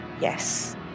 Yes